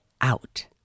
out